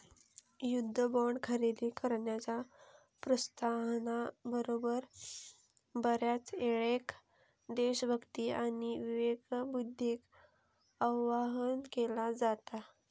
युद्ध बॉण्ड खरेदी करण्याच्या प्रोत्साहना बरोबर, बऱ्याचयेळेक देशभक्ती आणि विवेकबुद्धीक आवाहन केला जाता